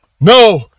No